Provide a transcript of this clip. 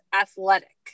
athletic